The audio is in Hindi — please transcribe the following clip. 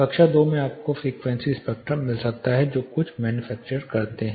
कक्षा II में आपको फ़्रीक्वेंसी स्पेक्ट्रम मिल सकता है जो कुछ मैन्युफैक्चरर करते हैं